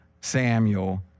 Samuel